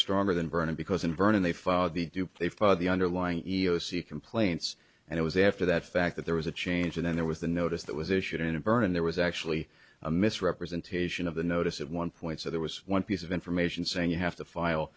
stronger than bernie because in vernon they follow the do they follow the underlying ego see complaints and it was after that fact that there was a change and then there was the notice that was issued in a burn and there was actually a misrepresentation of the notice of one point so there was one piece of information saying you have to file